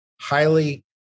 highly